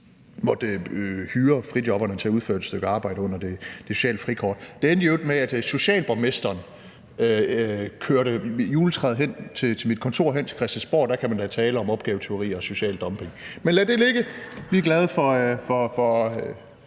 måtte hyre frijobberne til at udføre et stykke arbejde under det sociale frikort. Det endte i øvrigt med, at socialborgmesteren kørte juletræet hen til Christiansborg og til mit kontor. Der kan man da tale om opgavetyveri og social dumping, men lad det ligge. Vi er glade for